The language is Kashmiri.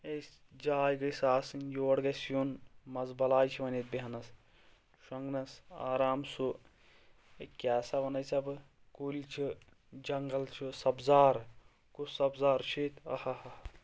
أسۍ جاے گٔیے سۄ آسٕنۍ یور گَژھِ یُن مَزٕ بَلاے چھِ یِوان ییٚتہِ بیٚہنَس شۄنٛگنَس آرام سُہ ہے کیاہ سا وَنَے ژےٚ بہٕ کُلۍ چھِ جنٛگل چھِ سبزار کُس سبزار چھُ ییٚتہِ آہ آہ آہ